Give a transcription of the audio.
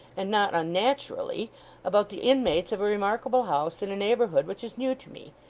and not unnaturally about the inmates of a remarkable house in a neighbourhood which is new to me,